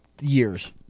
years